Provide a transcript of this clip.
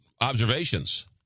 observations